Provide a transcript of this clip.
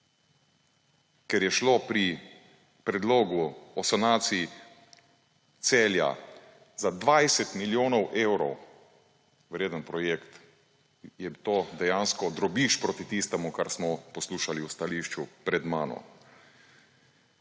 Ker je šlo pri predlogu o sanaciji Celja za 20 milijonov evrov vreden projekt, je to dejansko drobiž proti tistemu, kar smo poslušali v stališču pred mano.